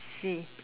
she